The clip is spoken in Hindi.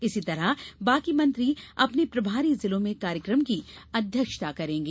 इसी तरह बाकी मंत्री अपने प्रभारी जिलों में कार्यक्रम की अध्यक्षता करेंगे